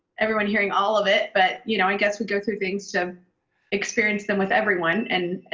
everyone hearing all of it. but, you know, i guess we go through things to experience them with everyone, and,